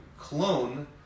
clone